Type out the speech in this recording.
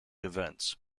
events